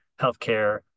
healthcare